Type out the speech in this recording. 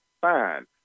fine